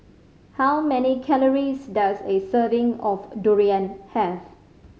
how many calories does a serving of durian have